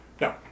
No